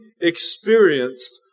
experienced